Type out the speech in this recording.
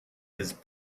his